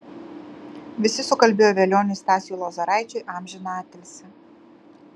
visi sukalbėjo velioniui stasiui lozoraičiui amžiną atilsį